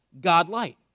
God-light